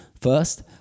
First